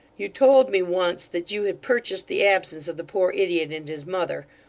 you told me once that you had purchased the absence of the poor idiot and his mother,